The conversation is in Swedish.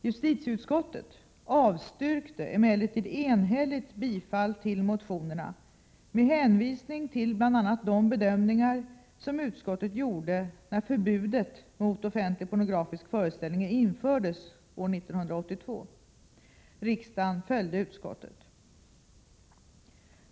Justitieutskottet avstyrkte emellertid enhälligt bifall till motionerna med hänvisning till bl.a. de bedömningar som utskottet gjorde när förbudet mot offentlig pornografisk föreställning infördes år 1982. Riksdagen följde utskottet.